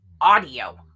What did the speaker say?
audio